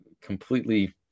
completely